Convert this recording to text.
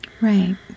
Right